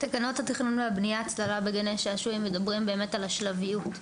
תקנות התכנון והבנייה (הצללה בגני שעשועים) מדברות על השלביות.